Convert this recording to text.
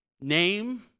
name